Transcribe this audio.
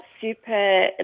super